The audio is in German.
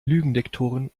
lügendetektoren